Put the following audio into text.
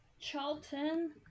Charlton